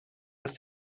ist